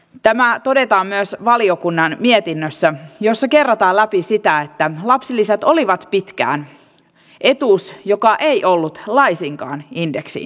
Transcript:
tämä todetaan myös valiokunnan mietinnössä jossa kerrotaan että lapsilisät olivat pitkään etuus joka ei ollut laisinkaan indeksiin sidottu